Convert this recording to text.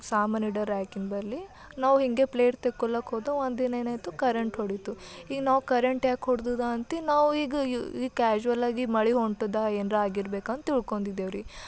ಸಾಮಾನು ಇಡೋ ರ್ಯಾಕಿನ ಬಳಿ ನಾವು ಹಿಂಗೆ ಪ್ಲೇಟ್ ತೊಗೊಳೊಕ್ಕೆ ಹೋದ ಒಂದಿನ ಏನಾಯ್ತು ಕರೆಂಟ್ ಹೊಡಿತು ಈಗ ನಾವು ಕರೆಂಟ್ ಯಾಕೆ ಹೊಡ್ದುದ ಅಂತ ನಾವು ಈಗ ಯು ಕ್ಯಾಶುಲ್ ಆಗಿ ಮಳೆ ಹೊಂಟಿದೆ ಏನರ ಆಗಿರ್ಬೇಕು ಅಂತ ತಿಳ್ಕೊಂಡಿದೇವ್ರಿ